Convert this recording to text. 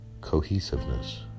cohesiveness